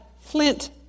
flint